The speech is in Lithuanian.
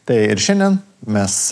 tai ir šiandien mes